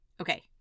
Okay